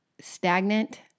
stagnant